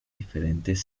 diferentes